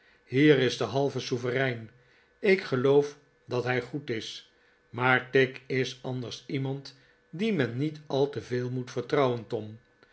hier is de halve souverein ik geloof dat hij goed is maar tigg is anders iemand dien men niet al te veel moet vertrouwen tom